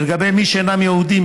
ולגבי מי שאינם יהודים,